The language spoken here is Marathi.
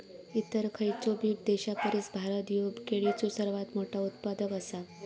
इतर खयचोबी देशापरिस भारत ह्यो केळीचो सर्वात मोठा उत्पादक आसा